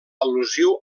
al·lusiu